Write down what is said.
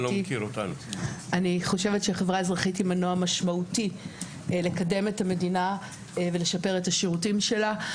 אני חושבת שזה מנוע משמעותי לקדם את המדינה ולשפר את השירותים שלה.